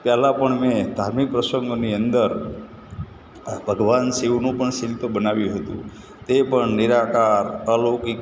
પહેલાં પણ મેં ધાર્મિક પ્રસંગોની અંદર આ ભગવાન શિવનું પણ શિલ્પ બનાવ્યું હતું તે પણ નિરાકાર અલૌકિક